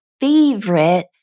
favorite